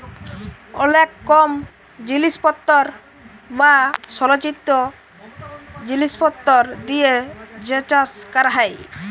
অলেক কম জিলিসপত্তর বা সলচিত জিলিসপত্তর দিয়ে যে চাষ ক্যরা হ্যয়